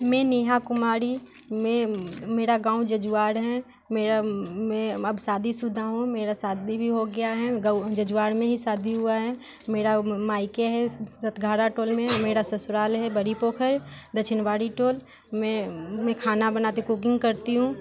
मैं नेहा कुमारी मैं मेरा गाँव जजुआर है मेरा मैं अब शादीशुदा हूँ मेरा शादी भी हो गया है जजुआर में ही शादी हुआ है मेरा माइके है सतघारा टोल में मेरा ससुराल है बड़ी पोखर दक्षिणवारी टोल में मैं खाना बनाती हूँ कुकिंग करती हूँ